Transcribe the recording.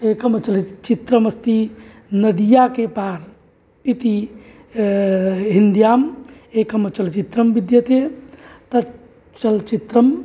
एकं चलच्चित्रम् अस्ति नदिया के पार् इति हिन्द्याम् एकं चलच्चित्रं बिद्यते तत् चलच्चित्रं